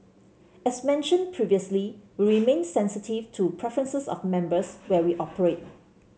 as mentioned previously we remain sensitive to preferences of members where we operate